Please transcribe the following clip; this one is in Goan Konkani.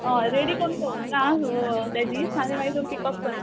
हय रेडी करून दोवरतां ते दीस आनी मागीर पिकअप करा